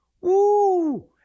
Woo